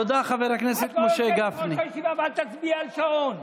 את לא מנהלת פה את הישיבה ואל תצביעי על שעון.